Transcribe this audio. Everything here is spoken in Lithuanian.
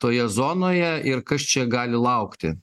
toje zonoje ir kas čia gali laukti